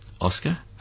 Oscar